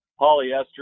Polyester